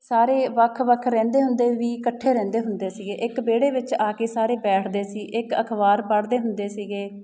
ਸਾਰੇ ਵੱਖ ਵੱਖ ਰਹਿੰਦੇ ਹੁੰਦੇ ਵੀ ਇਕੱਠੇ ਰਹਿੰਦੇ ਹੁੰਦੇ ਸੀਗੇ ਇੱਕ ਵਿਹੜੇ ਵਿੱਚ ਆ ਕੇ ਸਾਰੇ ਬੈਠਦੇ ਸੀ ਇੱਕ ਅਖਬਾਰ ਪੜ੍ਹਦੇ ਹੁੰਦੇ ਸੀਗੇ